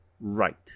right